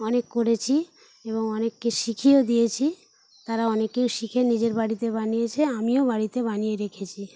অনেক করেছি এবং অনেককে শিখিয়েও দিয়েছি তারা অনেকে শিখে নিজের বাড়িতে বানিয়েছে আমিও বাড়িতে বানিয়ে রেখেছি